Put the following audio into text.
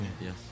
Yes